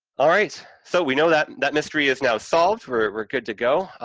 all right, so, we know that that mystery is now solved, we're good to go.